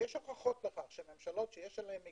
יש הוכחות לכך שממשלות שיש עליהן מגבלות,